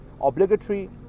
Obligatory